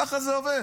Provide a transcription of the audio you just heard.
ככה זה עובד.